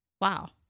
wow